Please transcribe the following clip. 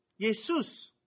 Jesus